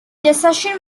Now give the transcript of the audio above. decision